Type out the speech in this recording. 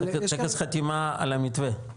טקס חתימה על המתווה?